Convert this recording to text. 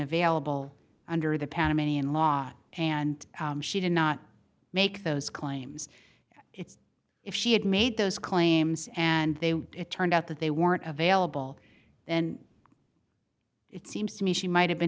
available under the panamanian law and she did not make those claims if she had made those claims and they were it turned out that they weren't available and it seems to me she might have been